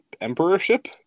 emperorship